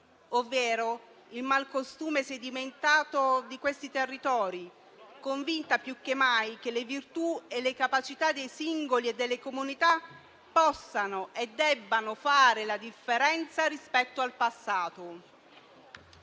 ovvero il malcostume sedimentato di quei territori, convinta più che mai che le virtù e le capacità dei singoli e delle comunità possano e debbano fare la differenza rispetto al passato.